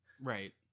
Right